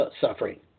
suffering